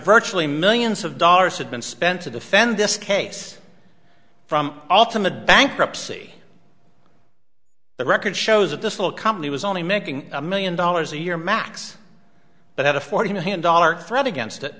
virtually millions of dollars had been spent to defend this case from all timid bankruptcy the record shows that this little company was only making a million dollars a year max but had a forty million dollars threat against it